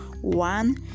one